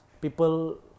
people